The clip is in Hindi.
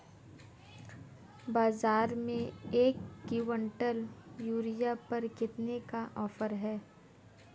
बाज़ार में एक किवंटल यूरिया पर कितने का ऑफ़र है?